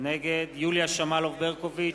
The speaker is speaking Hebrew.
נגד יוליה שמאלוב-ברקוביץ,